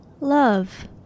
Love